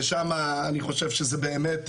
ושם אני חושב שזה באמת,